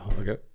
okay